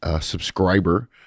subscriber